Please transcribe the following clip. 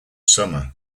summer